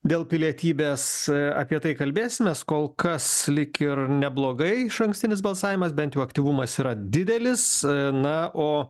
dėl pilietybės apie tai kalbėsimės kol kas lyg ir neblogai išankstinis balsavimas bent jau aktyvumas yra didelis na o